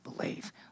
believe